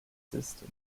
system